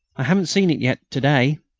i haven't seen it yet to-day.